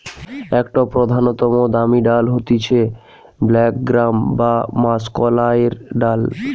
একটো প্রধানতম দামি ডাল হতিছে ব্ল্যাক গ্রাম বা মাষকলাইর ডাল